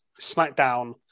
SmackDown